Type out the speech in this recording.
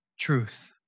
truth